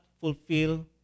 fulfill